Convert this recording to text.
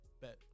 Bet